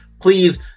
please